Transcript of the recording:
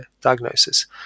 diagnosis